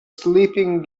sleeping